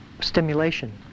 stimulation